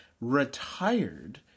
retired